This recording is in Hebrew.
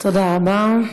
תודה רבה.